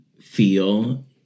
feel